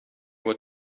what